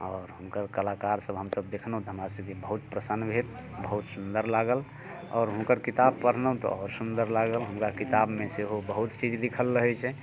आओर हुनकर कलाकार सब हमसब देखलहुँ तऽ हमरा सबके बहुत प्रसन्न भेल बहुत सुन्दर लागल आओर हुनकर किताब पढलहुँ तऽ आओर सुन्दर लागल हुनका किताब मे सेहो बहुत चीज लिखल रहै छै